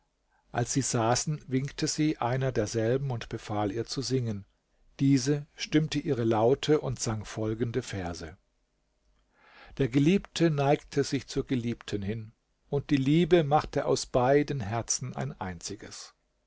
als sie saßen winkte sie einer derselben und befahl ihr zu singen diese stimmte ihre laute und sang folgende verse der geliebte neigte sich zur geliebten hin und die liebe machte aus beiden herzen ein einziges